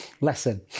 lesson